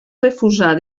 refusar